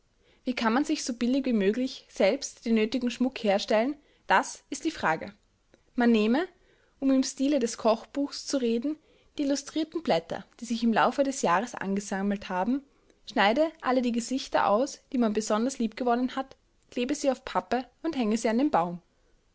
wie kann man sich so billig wie möglich selbst den nötigen schmuck herstellen das ist die frage man nehme um im stile des buchs zu reden die illustrierten blätter die sich im laufe des res angesammelt haben schneide alle die gesichter aus die man besonders liebgewonnen hat klebe sie auf pappe und hänge sie an den baum